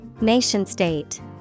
Nation-state